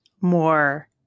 more